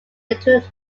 little